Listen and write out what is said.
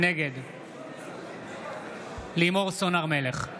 נגד לימור סון הר מלך,